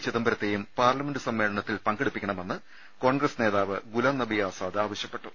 ചിദംബര്കത്തയും parliament സമ്മേളനത്തിൽ പങ്കെടുപ്പിക്കണമെന്ന് കോൺഗ്രസ് നേതാവ് ഗുലാം നബി ആസാദ് ആവശ്യപ്പെട്ടു